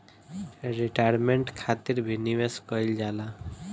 retirement खातिर भी निवेश कईल जाला